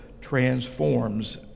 transforms